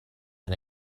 and